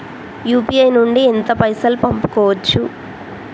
UPI నుండి ఎంత పైసల్ పంపుకోవచ్చు?